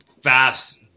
fast